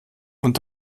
und